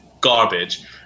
garbage